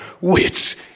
wits